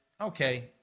okay